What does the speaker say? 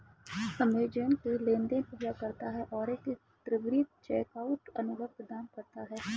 Amazon pay लेनदेन पूरा करता है और एक त्वरित चेकआउट अनुभव प्रदान करता है